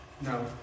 No